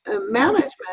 management